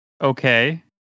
okay